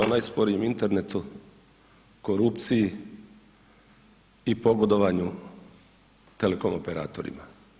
Priča o najsporijem internetu, korupciji i pogodovanju telekom operatorima.